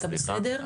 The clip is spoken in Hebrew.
אתה בסדר?